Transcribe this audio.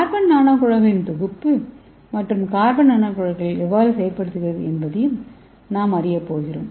carbon நானோகுழாய்களின் தொகுப்பு மற்றும் இந்த கார்பன் நானோகுழாய்களை எவ்வாறு செயல்படுத்துவது என்பதையும் நாம் அறியப்போகிறோம்